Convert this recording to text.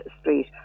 Street